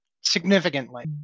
significantly